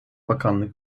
bakanlık